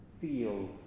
Feel